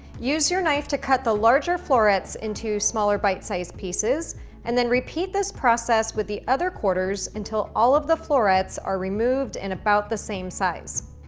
use your knife to cut the larger florets into smaller bite size pieces and then repeat this process with the other quarters until all of the florets are removed and about the same size.